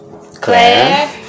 Claire